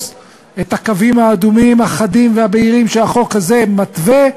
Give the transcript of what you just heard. את הקווים האדומים החדים והבהירים שהחוק הזה מתווה,